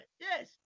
Yes